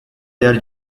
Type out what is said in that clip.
their